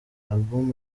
album